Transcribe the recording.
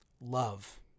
Love